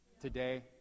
today